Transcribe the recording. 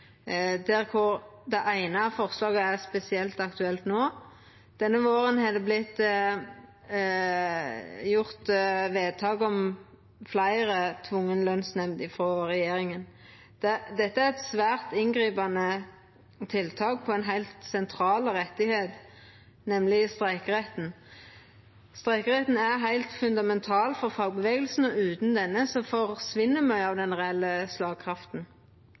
der det eine forslaget er spesielt aktuelt no. Denne våren er det gjort vedtak om fleire tvungne lønsnemnder frå regjeringa. Dette er eit svært inngripande tiltak på ein heilt sentral rett, nemleg streikeretten. Streikeretten er heilt fundamental for fagrørsla, og utan han forsvinn mykje av den reelle slagkrafta.